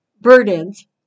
burdens